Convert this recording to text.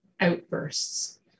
outbursts